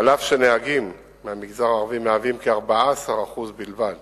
אף שנהגים מהמגזר הערבי מהווים כ-14% בלבד